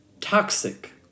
toxic